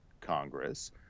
Congress